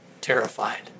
terrified